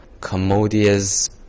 commodious